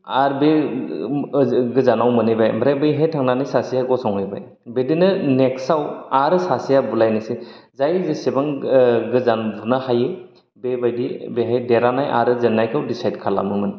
आरो बे ओम ओ गोजानाव मोनहैबाय आमफ्राय बेहाय थांनानै सासेया गसंहैबाय बिदिनो नेक्सटाव आरो सासेया बुलायनोसै जाय जेसेबां ओ गोजान बुनो हायो बेबायदि बेहाय देरहानाय आरो जेननायखौ डिसाइड खालामोमोन